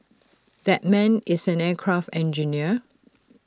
that man is an aircraft engineer